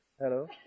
Hello